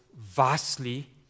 vastly